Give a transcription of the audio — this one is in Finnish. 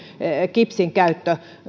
kipsin käyttö